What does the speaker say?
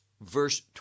Verse